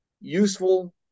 useful